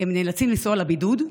והם נאלצים לנסוע לבידוד,